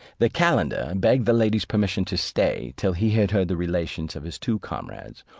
the calender begged the ladies' permission to stay till he had heard the relations of his two comrades,